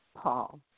Paul